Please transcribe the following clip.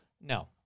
No